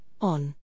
on